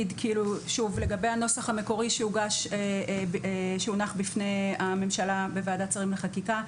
לגבי הנוסח המקורי שהונח בפני הממשלה בוועדת שרים לחקיקה,